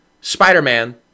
spider-man